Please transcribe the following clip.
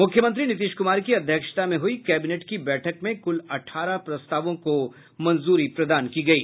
मुख्यमंत्री नीतीश कुमार की अध्यक्षता में हुई कैबिनेट की बैठक में कुल अठारह प्रस्तावों को मंजूरी प्रदान की गयी